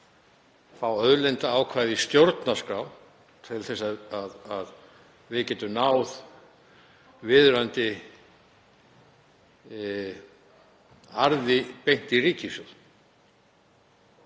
fá auðlindaákvæði í stjórnarskrá til að við getum náð viðunandi arði beint í ríkissjóð.